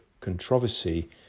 controversy